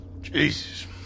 Jesus